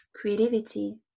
creativity